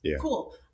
Cool